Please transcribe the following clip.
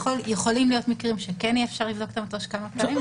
שיכולים להיות מקרים שכן אפשר יהיה לבדוק את המטוש כמה פעמים,